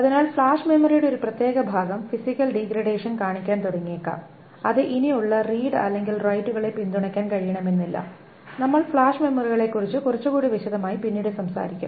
അതിനാൽ ഫ്ലാഷ് മെമ്മറിയുടെ ഒരു പ്രത്യേക ഭാഗം ഫിസിക്കൽ ഡിഗ്രഡേഷൻ കാണിക്കാൻ തുടങ്ങിയേക്കാം അത് ഇനിയുള്ള റീഡ് അല്ലെങ്കിൽ റൈറ്റുകൾ പിന്തുണയ്ക്കാൻ കഴിയണമെന്നില്ല നമ്മൾ ഫ്ലാഷ് മെമ്മറികളെക്കുറിച്ച് കുറച്ചുകൂടി വിശദമായി പിന്നീട് സംസാരിക്കും